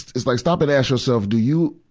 it's like stop and ask yourself, do you,